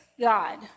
God